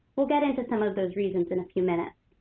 we'll get into some of those reasons in a few minutes.